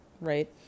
right